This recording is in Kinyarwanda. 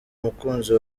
mukunzi